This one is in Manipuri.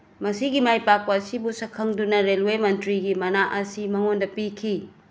ꯃꯁꯤꯒꯤ ꯃꯥꯏꯄꯥꯛꯄ ꯑꯁꯤꯕꯨ ꯁꯛꯈꯪꯗꯨꯅ ꯔꯦꯜꯋꯦ ꯃꯟꯇ꯭ꯔꯤꯒꯤ ꯃꯅꯥ ꯑꯁꯤ ꯃꯉꯣꯟꯗ ꯄꯤꯈꯤ